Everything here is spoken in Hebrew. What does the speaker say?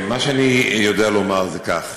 מה שאני יודע לומר זה כך: